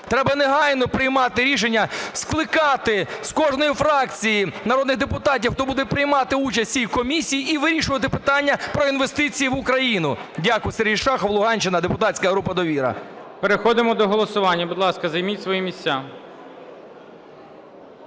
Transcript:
Треба негайно приймати рішення. Скликати з кожної фракції народних депутатів, хто буде приймати участь в цій комісії, і вирішувати питання про інвестиції в Україну. Дякую. Сергій Шахов, Луганщина, депутатська група "Довіра". ГОЛОВУЮЧИЙ. Переходимо до голосування. Будь ласка, займіть свої місця.